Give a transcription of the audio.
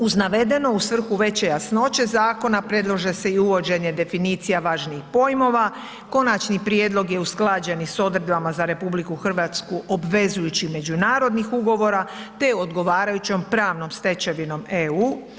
Uz navedeno u svrhu veće jasnoće zakona predlaže se i uvođenje definicija važnijih pojmova, konačni prijedlog je usklađen i s odredbama za RH obvezujući međunarodnih ugovora, te odgovarajućom pravnom stečevinom EU.